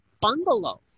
bungalow